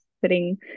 sitting